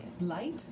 light